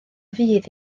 fudd